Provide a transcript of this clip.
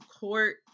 court